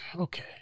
okay